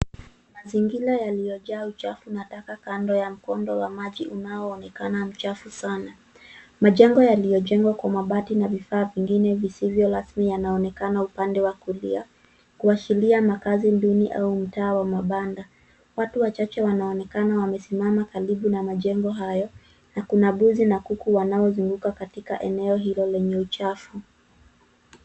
Mazingira yaliyojaa uchafu na taka kando ya mkondo wa maji unaonekana mchafu sana. Majengo yaliyojengwa kwa mabati na vifaa vingine visivyo rasmi yanaonekana upande wa kulia kuashiria makazi duni au mtaa wa mabanda. Watu wachache waona wamesimama karibu na majengo hayo na kuna mbuzi na kuku wanaozunguka katika eneo hilo lenye uchafu.